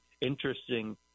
interesting